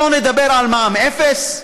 שלא לדבר על מע"מ אפס,